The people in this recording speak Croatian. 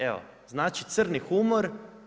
Evo, znači crni humor.